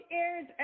airs